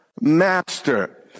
master